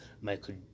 Michael